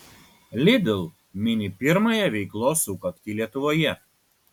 lidl mini pirmąją veiklos sukaktį lietuvoje